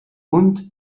und